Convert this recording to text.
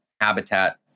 habitat